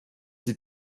sie